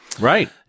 Right